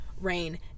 rain